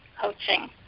Coaching